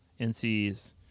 NCs